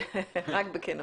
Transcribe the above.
רק בכנות.